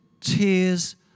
tears